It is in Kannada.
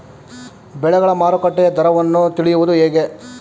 ಬೆಳೆಗಳ ಮಾರುಕಟ್ಟೆಯ ದರವನ್ನು ತಿಳಿಯುವುದು ಹೇಗೆ?